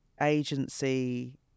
agency